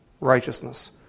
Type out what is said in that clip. righteousness